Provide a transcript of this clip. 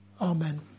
Amen